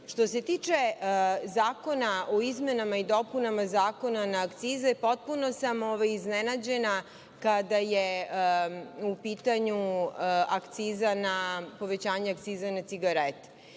se tiče Zakona o izmenama i dopunama Zakona na akcize, potpuno sam iznenađena kada je u pitanju akciza na povećanje akcize na cigarete.